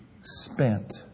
spent